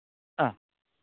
ആ